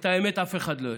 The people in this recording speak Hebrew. את האמת אף אחד לא יודע.